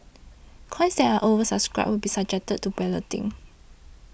coins that are oversubscribed will be subjected to balloting